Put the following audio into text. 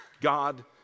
God